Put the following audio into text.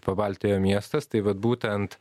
pabaltijo miestas tai vat būtent